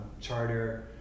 charter